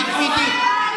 אנחנו אומרים את זה.